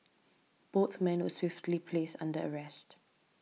both men were swiftly placed under arrest